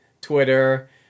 Twitter